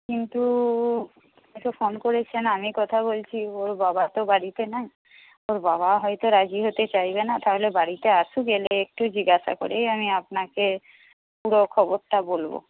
কিন্তু এখন ফোন করেছেন আমি কথা বলছি ওর বাবা তো বাড়িতে নেই ওর বাবা হয়তো রাজি হতে চাইবে না তাহলে বাড়িতে আসুক এলে একটু জিজ্ঞাসা করেই আমি আপনাকে পুরো খবরটা বলব